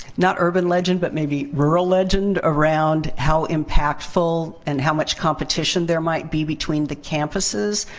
not urban legend, but maybe rural legend around how impactful and how much competition there might be between the campuses.